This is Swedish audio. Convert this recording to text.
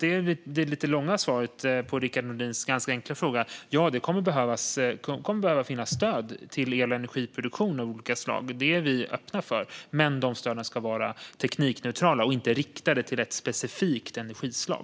Det lite långa svaret på Rickard Nordins ganska enkla fråga är alltså att det kommer att behöva finnas stöd till el och energiproduktion av olika slag. Det är vi öppna för, men stöden ska vara teknikneutrala och inte riktade till ett specifikt energislag.